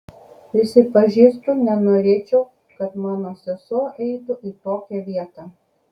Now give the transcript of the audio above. prisipažįstu nenorėčiau kad mano sesuo eitų į tokią vietą